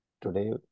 Today